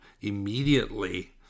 immediately